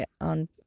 on